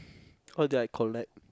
cause they like collect